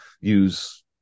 use